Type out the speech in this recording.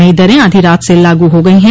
नई दरें आधो रात से लागू हो गई हैं